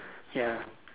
ya